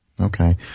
Okay